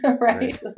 Right